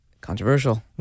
Controversial